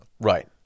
Right